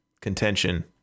contention